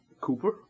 Cooper